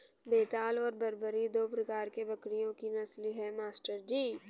बेताल और बरबरी दो प्रकार के बकरियों की नस्ल है मास्टर जी